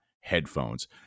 headphones